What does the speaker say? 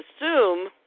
assume